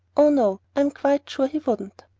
oh, no i'm quite sure he wouldn't.